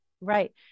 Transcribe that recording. Right